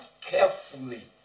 carefully